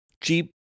Jeep